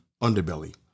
underbelly